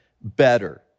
better